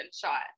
shot